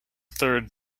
third